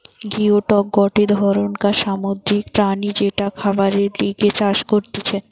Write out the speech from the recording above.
geoduck গটে ধরণকার সামুদ্রিক প্রাণী যেটা খাবারের লিগে চাষ করতিছে